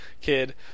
kid